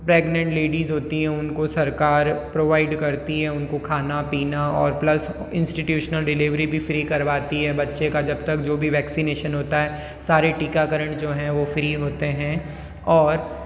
pregnant ladies होती हैं उनको सरकार प्रोवाइड करती हैं उनको खाना पीना और प्लस इन्स्टिटूशनल डिलीवरी फ्री करवाती है बच्चे का जब तक जो भी वैक्सीनेशन होता है सारे टीकाकरण जो हैं वो फ्री होते हैं और